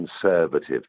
Conservative